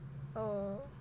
oh